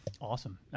Awesome